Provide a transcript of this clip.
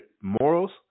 morals